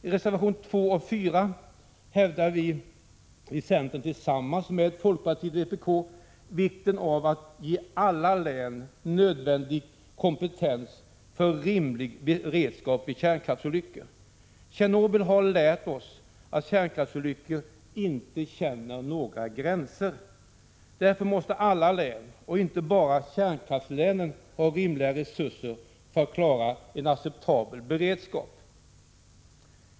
I reservationerna 2 och 4 hävdar vi i centern tillsammans med folkpartiet och vpk vikten av att ge alla län en nödvändig kompetens för rimlig beredskap vid kärnkraftsolyckor. Tjernobyl har lärt oss att kärnkraftsolyckor inte känner några gränser. Därför måste alla län, och inte bara kärnkraftslänen, ha rimliga resurser för att klara en acceptabel beredskap.